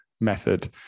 method